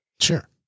Sure